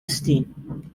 stein